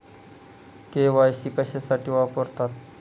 KYC कशासाठी वापरतात?